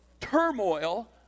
turmoil